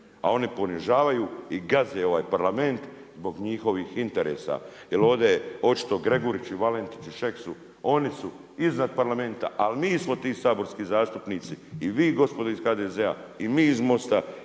A oni ponižavaju i gaze ovaj Parlament zbog njihovih interesa. Jer ovdje je očito Gregurić i Valentić i Šeks, oni su iznad Parlamenta, ali mi smo ti saborski zastupnici i vi gospodo iz HDZ-a i mi iz MOST-a,